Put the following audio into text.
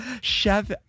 Chef